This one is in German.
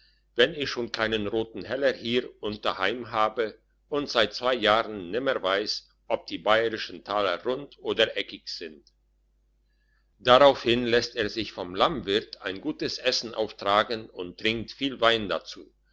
wenn ich schon keinen roten heller hier und daheim habe und seit zwei jahren nimmer weiss ob die bayrischen taler rund oder eckig sind darauf hin lässt er sich vom lammwirt ein gutes essen auftragen und trinkt viel wein dazu